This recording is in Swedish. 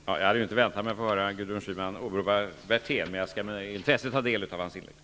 Herr talman! Jag hade inte väntat mig att få höra Gudrun Schyman åberopa Werthén, men jag skall med intresse ta del av hans inlägg.